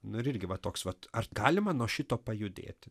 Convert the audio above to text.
nu ir irgi va toks vat ar galima nuo šito pajudėti